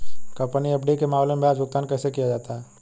Company FD के मामले में ब्याज भुगतान कैसे किया जाता है?